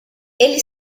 ele